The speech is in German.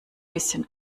bisschen